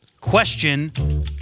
Question